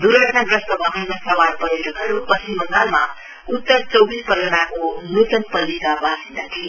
द्र्घटनाग्रस्त वाहनमा सवार पर्यटकहरू पश्चिम बंगालका उत्तर चौविस परगनाको नुतन पल्लीका बासिन्दा थिए